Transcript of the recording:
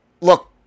look